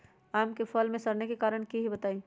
आम क फल म सरने कि कारण हई बताई?